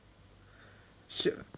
是